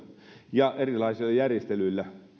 ja erilaisilla järjestelyillä